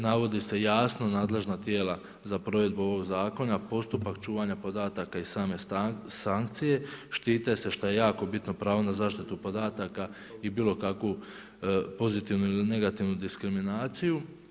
Navodi se jasno nadležna tijela za provedbu ovog zakona, postupak čuvanja podataka i same sankcije, štite se što je jako bitno pravo na zaštitu podataka i bilo kakvu pozitivnu i negativnu diskriminaciju.